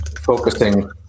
focusing